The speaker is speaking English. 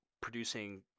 producing